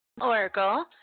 Oracle